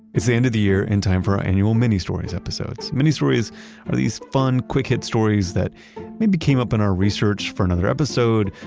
it's the end of the year, and time for our annual mini-stories episodes. mini-stories are these fun, quick hit stories that maybe came up in our research for another episode,